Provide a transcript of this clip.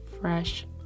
fresh